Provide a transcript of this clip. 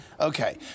Okay